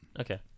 Okay